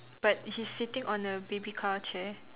but he's sitting on a baby car chair